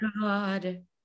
god